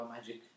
magic